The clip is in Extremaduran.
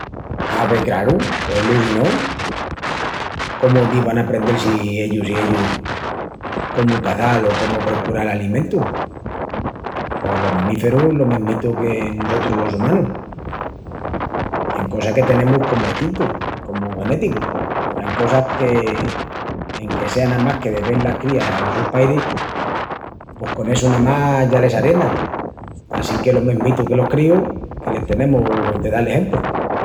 Ave, craru, pos lu si no? Cómu divan a aprendel-si ellus i ellus comu caçal o comu precural alimentu? Pos los mamíferus lo mesmitu que nusotrus los umanus. Ain cosas que tenemus comu estintu, comu genéticu, peru ain cosas que, enque sea namás que de vel las crías alos sus pairis, pos con essu namás ya les arriendan. Assinque lo mesmitu que los críus, que les tenemus de dal exempru.